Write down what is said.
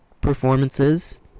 performances